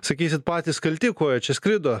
sakysit patys kalti ko jie čia skrido